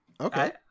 Okay